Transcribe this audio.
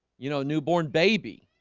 you know newborn baby.